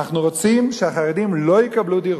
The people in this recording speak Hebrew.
אנחנו רוצים שהחרדים לא יקבלו דירות.